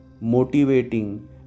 motivating